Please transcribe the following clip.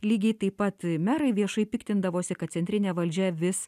lygiai taip pat merai viešai piktindavosi kad centrinė valdžia vis